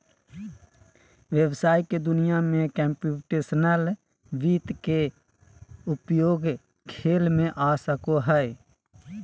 व्हवसाय के दुनिया में कंप्यूटेशनल वित्त के उपयोग खेल में आ सको हइ